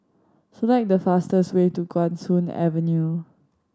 select the fastest way to Guan Soon Avenue